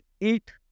eat